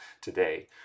today